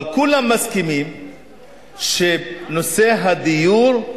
אבל כולם מסכימים שנושא הדיור,